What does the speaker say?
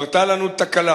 קרתה לנו תקלה,